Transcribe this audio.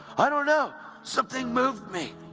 i don't know something moved me.